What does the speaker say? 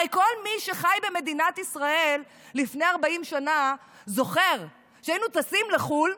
הרי כל מי שחי במדינת ישראל לפני 40 שנה זוכר שהיינו טסים לחו"ל,